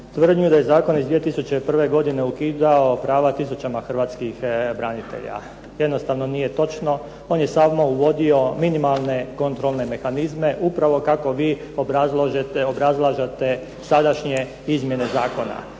tvrdnju da je zakon iz 2001. godine ukidao prava tisućama hrvatskih branitelja. To jednostavno nije točno. On je samo uvodio minimalne kontrolne mehanizme, upravo kako vi obrazlažete sadašnje izmjene zakona.